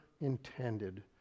intended